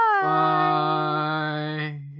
Bye